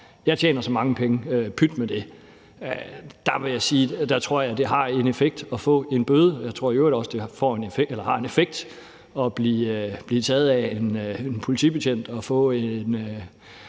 jeg tjener så mange penge, pyt med det. Der vil jeg sige, at jeg tror, det har en effekt at få en bøde, og jeg tror i øvrigt også, at det har en effekt at blive taget af en politibetjent